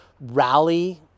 rally